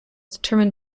determined